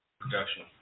production